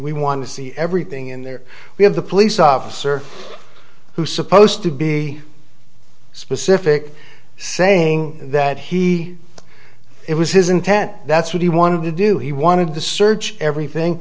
we want to see everything in there we have the police officer who supposed to be specific saying that he it was his intent that's what he wanted to do he wanted to search everything